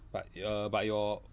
but err but your